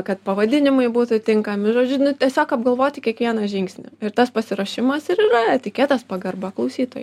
kad pavadinimai būtų tinkami žodžiu nu tiesiog apgalvoti kiekvieną žingsnį ir tas pasiruošimas ir yra etiketas pagarba klausytojui